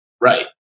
right